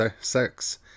sex